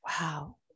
Wow